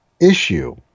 issue